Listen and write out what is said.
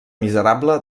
miserable